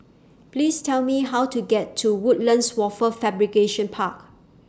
Please Tell Me How to get to Woodlands Wafer Fabrication Park